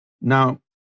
Now